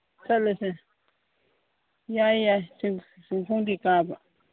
ꯆꯠꯂꯁꯦ ꯌꯥꯏ ꯌꯥꯏ ꯆꯤꯡꯈꯣꯡꯗꯒꯤ ꯀꯥꯕ